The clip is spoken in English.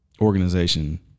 organization